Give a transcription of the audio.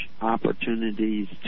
opportunities